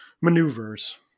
maneuvers